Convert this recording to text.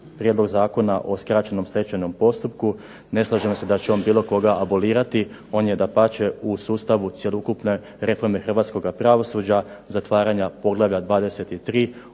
prijedlog Zakona o skraćenom stečajnom postupku ne slažemo se da će on bilo koga abolirati. On je dapače u sustavu cjelokupne reforme hrvatskoga pravosuđa, zatvaranja poglavlja 23,